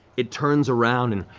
it turns around and